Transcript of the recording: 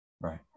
Right